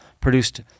produced